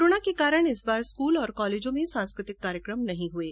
corona के कारण इस बार स्कूल और कॉलेजों में सांस्कृतिक कार्यक्रम नहीं हये